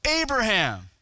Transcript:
Abraham